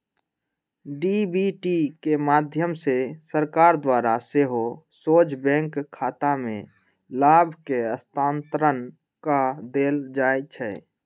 DBT के माध्यम से सरकार द्वारा सेहो सोझे बैंक खतामें लाभ के स्थानान्तरण कऽ देल जाइ छै